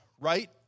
right